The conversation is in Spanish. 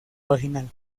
vaginal